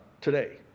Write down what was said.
today